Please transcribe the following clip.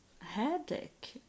headache